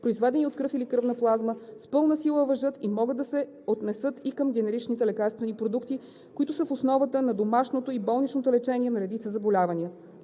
произведени от кръв или кръвна плазма, с пълна сила важат и могат да се отнесат и към генеричните лекарствени продукти, които са в основата на домашното и болнично лечение на редица заболявания.